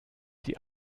die